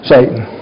Satan